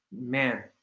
man